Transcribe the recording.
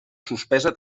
suspesa